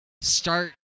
start